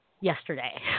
yesterday